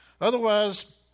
Otherwise